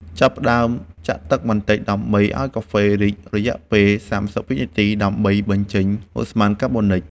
ចាប់ផ្ដើមចាក់ទឹកបន្តិចដើម្បីឱ្យកាហ្វេ រីក រយៈពេល ៣០ វិនាទី ដើម្បីបញ្ចេញឧស្ម័នកាបូនិច។